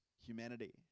humanity